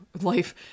Life